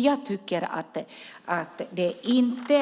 Jag tycker inte att det